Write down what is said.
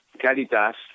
Caritas